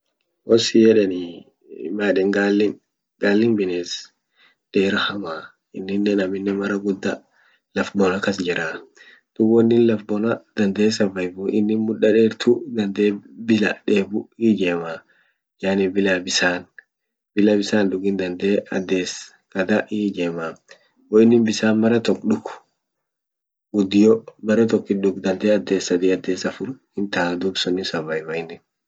Won sin yedanii maedan gallin gallin bines dera hamaa iniinen aminen mara gudda laf bona kas jiraa. duub wonin laf bona dandee survive vun innin mda dertu bila debu hiijema yani bila bisan